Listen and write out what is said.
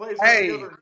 Hey